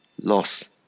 Loss